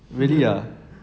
really ah